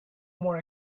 more